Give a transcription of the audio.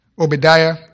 Obadiah